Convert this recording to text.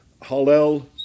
hallel